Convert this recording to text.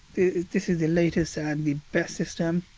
this is the latest and the best system.